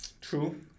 True